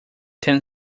ten